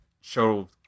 Show